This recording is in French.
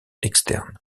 externe